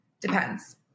Depends